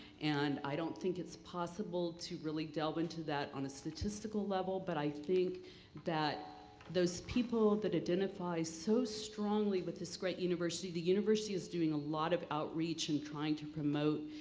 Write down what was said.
and i don't think it's possible to really delve into that on a statistical level, but i think that those people that identify so strongly with this great university, the university is doing a lot of outreach and trying to promote